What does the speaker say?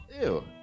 Ew